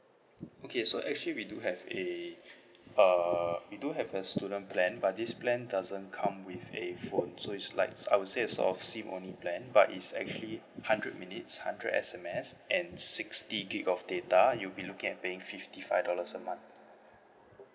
okay so actually we do have a uh we do have a student plan but this plan doesn't come with a phone so is like I would say is of SIM only plan but it's actually hundred minutes hundred S_M_S and sixty gig of data you'll be looking at paying fifty five dollars a month